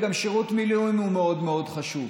וגם שירות מילואים הוא מאוד מאוד חשוב.